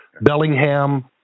Bellingham